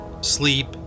sleep